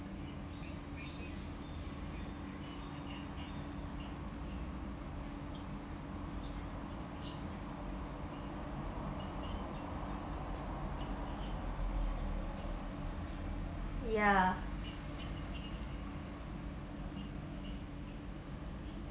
ya